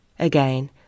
Again